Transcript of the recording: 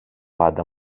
πάντα